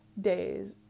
days